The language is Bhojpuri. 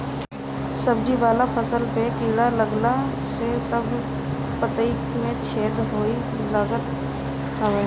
सब्जी वाला फसल पे कीड़ा लागला से सब पतइ में छेद होए लागत हवे